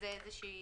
אוקיי, הלאה.